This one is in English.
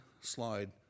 slide